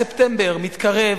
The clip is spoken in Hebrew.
ספטמבר מתקרב,